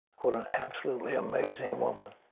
what an absolutely amazing woman,